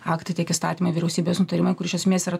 aktai tiek įstatymai vyriausybės nutarimai kur iš esmės yra